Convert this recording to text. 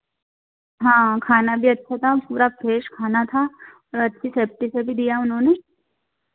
हाँ खाना भी अच्छा था पूरा फ्रेश खाना था और अच्छी सैफ्टी से भी दिया उन्होंने